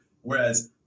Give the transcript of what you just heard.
Whereas